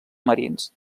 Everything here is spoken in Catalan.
marins